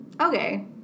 okay